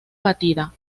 batida